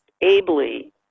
ably